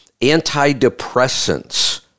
antidepressants